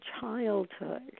childhood